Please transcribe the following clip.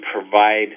provide